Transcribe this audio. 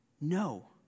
no